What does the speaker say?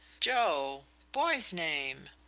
joe? boy's name.